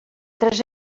tres